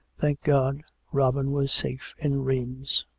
thank god robin was safe in rheims.